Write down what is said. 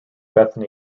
bethany